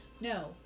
No